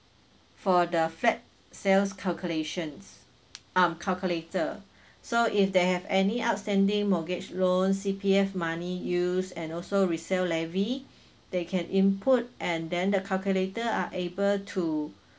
for the flat sales calculations um calculator so if they have any outstanding mortgage loan C_P_F money use and also resale levy they can input and then the calculator are able to